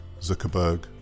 Zuckerberg